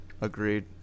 Agreed